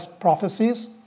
prophecies